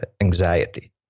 anxiety